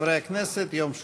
חברי הכנסת, יום שלישי,